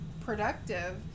productive